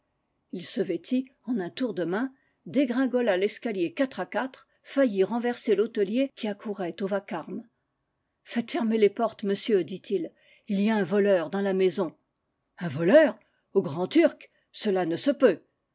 ii se vêtit en un tour de main dégringola l'escalier quatre à quatre faillit renverser l'hôtelier qui accourait au vacarme faites fermer les portes monsieur dit-il il y a un voleur dans la maison un voleur au grand-turc cela ne se peut